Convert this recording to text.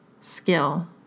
skill